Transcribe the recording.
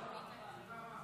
אני בא.